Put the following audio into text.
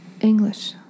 English